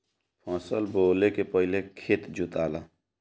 फसल बोवले के पहिले खेत जोताला